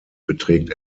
beträgt